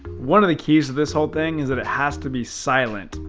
one of the keys of this whole thing is that it has to be silent.